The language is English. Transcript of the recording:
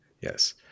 Yes